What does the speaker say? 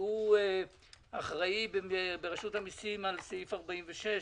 שהוא אחראי ברשות המסים על סעיף 46,